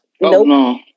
Nope